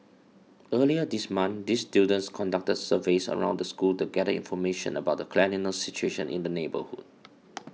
earlier this month these students conducted surveys around the school to gather information about the cleanliness situation in the neighbourhood